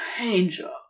Angel